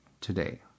today